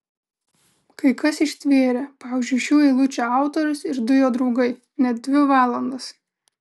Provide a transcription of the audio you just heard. kai kas ištvėrė pavyzdžiui šių eilučių autorius ir du jo draugai net dvi valandas